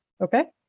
Okay